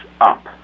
up